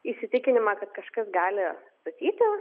įsitikinimą kad kažkas gali statyti